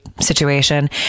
situation